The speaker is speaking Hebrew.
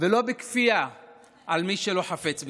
ולא בכפייה על מי שלא חפץ בכך.